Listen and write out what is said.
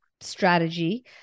strategy